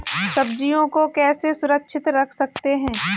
सब्जियों को कैसे सुरक्षित रख सकते हैं?